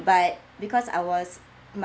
but because I was